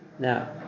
Now